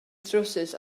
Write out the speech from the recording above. trowsus